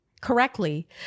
correctly